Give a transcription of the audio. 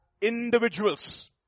individuals